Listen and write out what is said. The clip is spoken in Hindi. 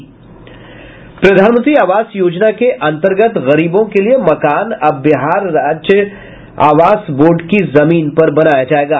प्रधानमंत्री आवास योजना के अन्तर्गत गरीबों के लिए मकान अब बिहार राज्य आवास बोर्ड की जमीन पर बनाया जायेगा